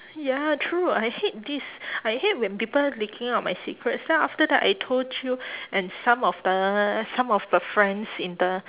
ya true I hate this I hate when people leaking out my secrets then after that I told you and some of the some of the friends in the